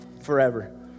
forever